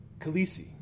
Khaleesi